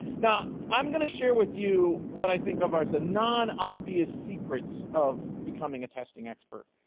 now, i'm going to share with you what i think of as the non-obvious secrets of becoming a testing expert,